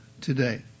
today